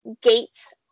gates